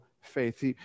faith